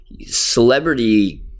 celebrity